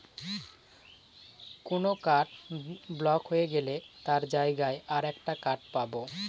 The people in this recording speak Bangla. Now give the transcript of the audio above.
কোন কার্ড ব্লক হয়ে গেলে তার জায়গায় আর একটা কার্ড পাবো